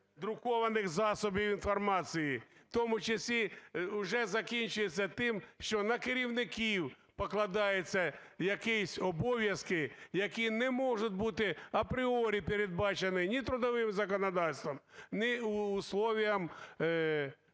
друкованих засобів інформації. В тому числі уже закінчується тим, що на керівників покладаються якісь обов'язки, які не можуть бути апріорі передбачені ні трудовим законодавством, ні условием